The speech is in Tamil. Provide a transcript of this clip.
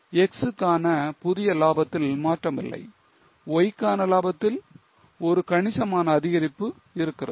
X க்கான புதிய லாபத்தில் மாற்றமில்லை Y க்கான லாபத்தில் ஒரு கணிசமான அதிகரிப்பு இருக்கிறது